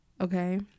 Okay